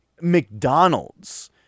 McDonald's